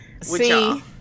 see